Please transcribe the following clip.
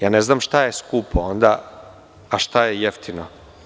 Ja ne znam šta je skupo, a šta je jeftino.